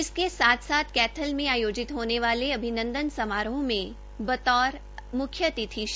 इसके साथ साथ कैथल में आयोजित होने वाले अभिनंदन समारोह में बतौर म्ख्यातिथि करेंगे